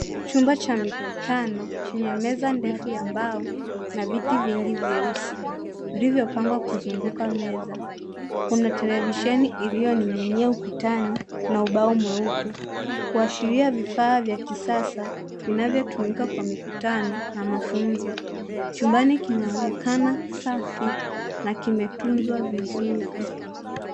Chumba cha mikutano chenye meza ndefu ya mbao na viti vingi vyeusi vilivyopangwa kuzunguka meza .Kuna televisheni iloyo niginia ukutani na ubao mweupe kuashiria vifaa vya kisasa vinavyo tumiwa kwa mikutano na mafunzo. Chumbani kinaonekana safi na kimetunzwa vizuri.